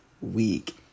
week